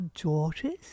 daughters